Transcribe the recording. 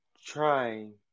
trying